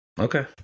Okay